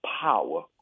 power